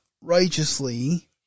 righteously